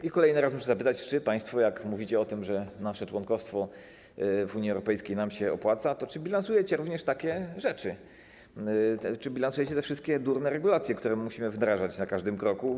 I kolejny raz muszę zapytać: Czy państwo, jak mówicie o tym, że nasze członkostwo w Unii Europejskiej nam się opłaca, bilansujecie również takie rzeczy, czy bilansujecie te wszystkie durne regulacje, które musimy wdrażać na każdym kroku?